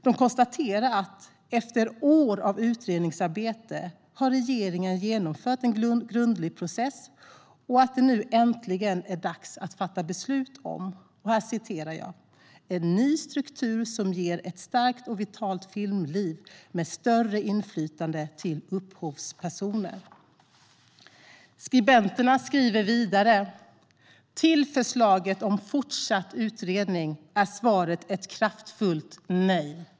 De konstaterar att efter år av utredningsarbete har regeringen genomfört en grundlig process och att det nu äntligen är dags att fatta beslut om "en ny struktur som ger ett starkt och vitalt filmliv med större inflytande till upphovspersoner". Skribenterna skriver vidare: "Till förslaget om fortsatt utredning är svaret ett kraftfullt Nej!